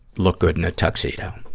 look good in a tuxedo.